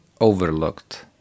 overlooked